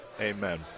Amen